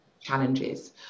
challenges